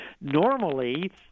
Normally